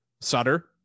Sutter